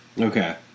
Okay